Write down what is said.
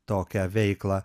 tokią veiklą